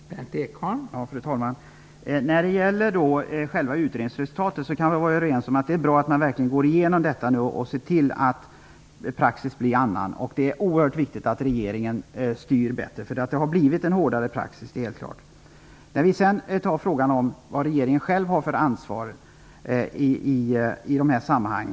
Fru talman! När det gäller själva utredningsresultatet kan vi vara överens om att det är bra att man verkligen går igenom detta och ser till att det blir en annan praxis. Det är oerhört viktigt att regeringen styr bättre. Det har helt klart blivit en hårdare praxis. Vad har regeringen själv för ansvar i dessa sammanhang?